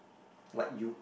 like you